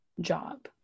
job